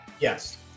yes